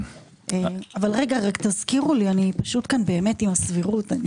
אבל תזכירו לי כי אני כאן עסוקה עם הסבירות.